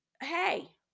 hey